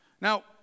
Now